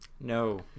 No